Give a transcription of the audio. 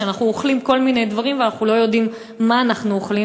ושאנחנו אוכלים כל מיני דברים ואנחנו לא יודעים מה אנחנו אוכלים.